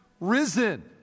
risen